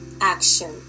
action